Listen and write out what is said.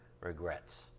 regrets